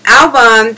album